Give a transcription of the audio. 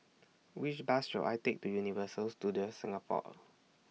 Which Bus should I Take to Universal Studios Singapore